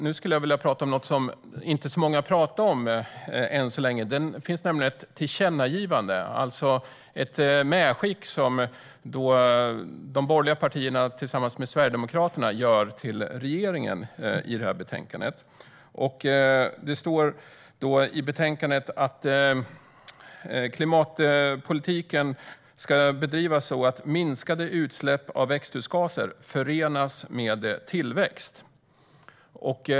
Nu skulle jag vilja tala om något som inte så många har talat om ännu. Det finns nämligen i detta betänkande ett tillkännagivande, ett medskick, från de borgerliga partierna tillsammans med Sverigedemokraterna till regeringen. Det står i betänkandet att klimatpolitiken ska bedrivas så att minskade utsläpp av växthusgaser förenas med tillväxt.